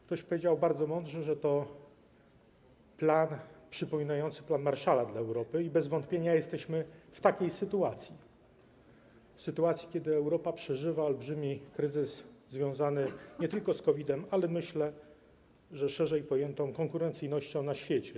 Ktoś bardzo mądrze powiedział, że to plan przypominający plan Marshalla dla Europy, i bez wątpienia jesteśmy w takiej sytuacji: kiedy Europa przeżywa olbrzymi kryzys związany nie tylko z COVID-em, ale myślę, że szerzej pojętą konkurencyjnością na świecie.